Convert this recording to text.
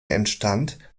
entstand